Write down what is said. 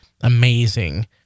amazing